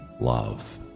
love